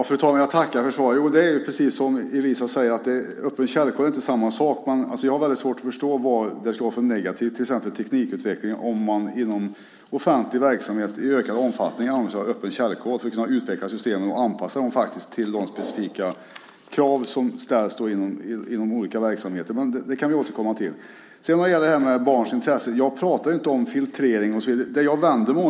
Fru talman! Jag tackar för svaret. Öppen källkod är visserligen inte samma sak som öppna standarder, men jag har svårt att förstå vad det skulle vara för negativt för teknikutvecklingen om man inom offentlig verksamhet i ökad omfattning använder öppen källkod för att kunna utveckla systemen och anpassa dem till de specifika krav som ställs inom olika verksamheter. Men det kan vi återkomma till. När det gäller barns intressen pratar jag inte om filtrering och så vidare.